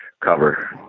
cover